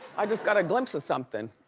i just got a glimpse of somethin'.